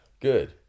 Good